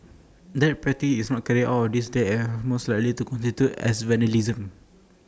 that practice is not carried out these days as IT most likely constitutes as vandalism